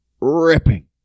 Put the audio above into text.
ripping